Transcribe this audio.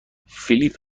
فیلیپ